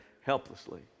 helplessly